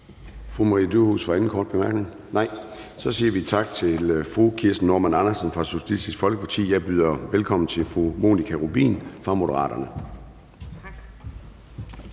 er ikke flere korte bemærkninger, så vi siger tak til fru Kirsten Normann Andersen fra Socialistisk Folkeparti. Jeg byder nu velkommen til hr. Jan Carlsen fra Moderaterne. Kl.